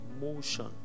motion